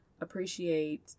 appreciate